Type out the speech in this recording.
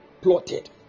plotted